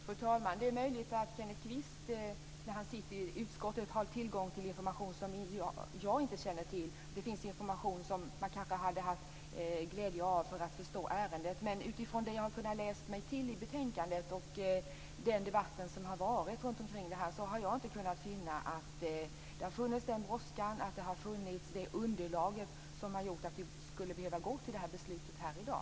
Fru talman! Det är möjligt att Kenneth Kvist när han sitter i utskottet har tillgång till information som jag inte känner till. Det finns information som man kanske hade haft glädje av för att förstå ärendet. Men utifrån det som jag har kunnat läsa mig till i betänkandet och den debatt som har förts runt omkring detta har jag inte kunnat finna att det har varit någon brådska, och jag har inte kunnat finna det underlag som skulle ha gjort att vi skulle behöva gå till detta beslut i dag.